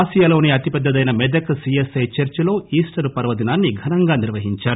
ఆసియాలోనే అతిపెద్దదైన మెదక్ సీఎస్ఐ చర్చిలో ఈస్టర్ పర్వదినాన్ని ఘనంగా నిర్వహించారు